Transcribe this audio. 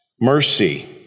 mercy